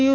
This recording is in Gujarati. યુ